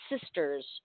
sisters